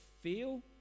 feel